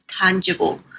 tangible